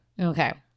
Okay